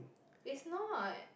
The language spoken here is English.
it's not